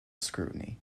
scrutiny